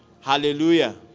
Hallelujah